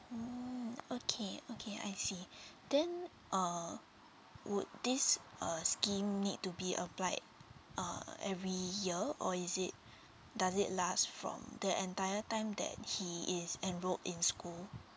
mm okay okay I see then uh would this uh scheme need to be applied uh every year or is it does it last from the entire time that he is enrolled in school